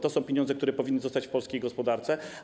To są pieniądze, które powinny zostać w polskiej gospodarce.